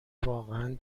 واقعا